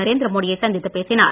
நரேந்திர மோடியை சந்தித்து பேசினார்